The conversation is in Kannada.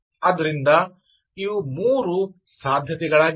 ಆದ್ದರಿಂದ ಇವು ಮೂರು ಸಾಧ್ಯತೆಗಳಾಗಿವೆ